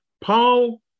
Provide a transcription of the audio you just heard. Paul